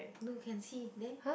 no can see there